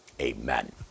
Amen